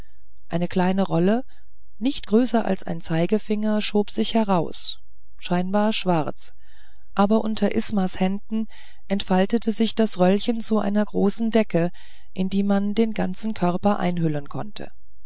eine kleine rolle nicht größer als ein zeigefinger schob sich heraus scheinbar schwarz aber unter ismas händen entfaltete sich das röllchen zu einer großen decke in die man den ganzen körper einhüllen konnte